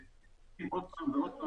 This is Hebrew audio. ולהוציא אותם מהשוק.